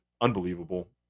Unbelievable